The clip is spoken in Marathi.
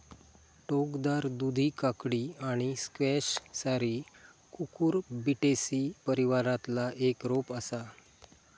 टोकदार दुधी काकडी आणि स्क्वॅश सारी कुकुरबिटेसी परिवारातला एक रोप असा